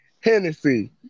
Hennessy